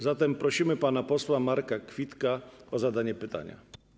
Zatem prosimy pana posła Marka Kwitka o zadanie pytania.